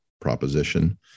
proposition